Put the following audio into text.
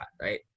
right